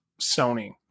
Sony